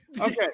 Okay